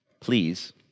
please